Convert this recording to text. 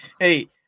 Hey